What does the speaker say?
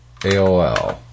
AOL